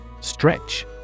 Stretch